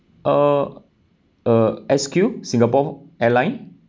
uh S_Q Singapore Airline